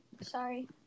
Sorry